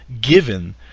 given